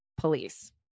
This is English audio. police